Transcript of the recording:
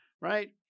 Right